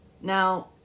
Now-